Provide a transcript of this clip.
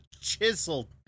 chisel